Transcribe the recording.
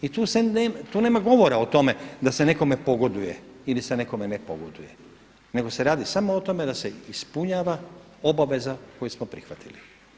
I tu nema govora o tome da se nekome pogoduje ili se nekome ne pogoduje, nego se radi samo o tome da se ispunjava obaveza koju smo prihvatili.